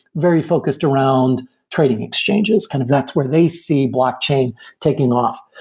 very focused around trading exchanges. kind of that's where they see blockchain taking off.